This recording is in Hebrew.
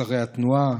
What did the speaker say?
שרי התנועה,